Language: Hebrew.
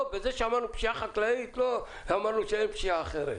בזה שאמרנו פשיעה חקלאית לא אמרנו שאין פשיעה אחרת.